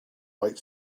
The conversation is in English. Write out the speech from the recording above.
white